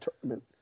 tournament